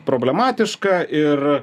problematiška ir